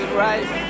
right